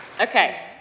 Okay